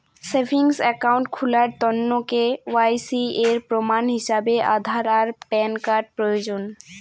savings account খুলার তন্ন KYC এর প্রমাণ হিছাবে আধার আর প্যান কার্ড প্রয়োজন